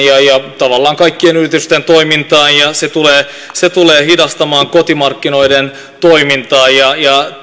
ja tavallaan kaikkien yritysten toimintaan ja se tulee hidastamaan kotimarkkinoiden toimintaa